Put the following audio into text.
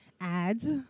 Ads